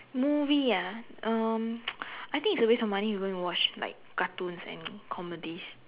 movie ah um I think it's a waste of money to go and watch like cartoons and comedies